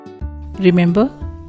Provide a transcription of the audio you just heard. Remember